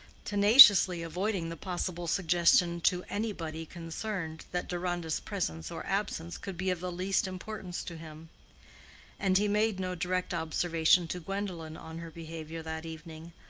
tenaciously avoiding the possible suggestion to anybody concerned that deronda's presence or absence could be of the least importance to him and he made no direct observation to gwendolen on her behavior that evening,